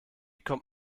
kommt